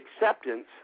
acceptance